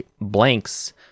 blanks